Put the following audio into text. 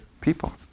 people